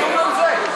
דיון על זה.